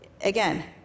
again